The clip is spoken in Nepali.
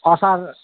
असार